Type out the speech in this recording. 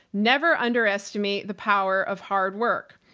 never underestimate the power of hard work.